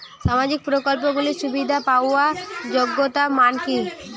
সামাজিক প্রকল্পগুলি সুবিধা পাওয়ার যোগ্যতা মান কি?